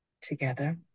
together